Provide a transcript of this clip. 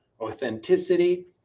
authenticity